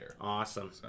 Awesome